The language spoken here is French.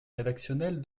rédactionnel